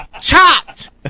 chopped